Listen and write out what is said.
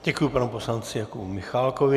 Děkuji panu poslanci Jakubu Michálkovi.